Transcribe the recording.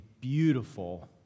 beautiful